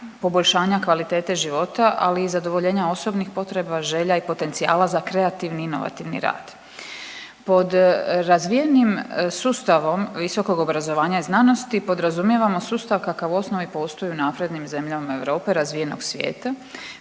poboljšanja kvalitete života, ali i zadovoljenja osobnih potreba, želja i potencijala za kreativni i inovativni rad. Pod razvijenim sustavom visokog obrazovanja i znanosti podrazumijevamo sustav kakav u osnovi postoji u naprednim zemljama Europe i razvijenog svijeta